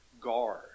guard